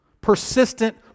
Persistent